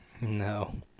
No